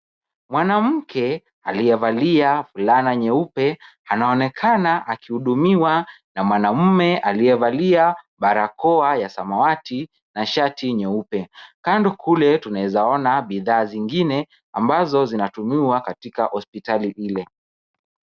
Mwanamke aliyevalia fulana nyeupe anaonekana akihudumiwa na mwanaume aliyevalia barakoa ya samawati na shati nyeupe. Kando kule tunaezaona bidhaa zingine ambazo zinatumiwa katika hospitali ile.